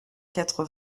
quatre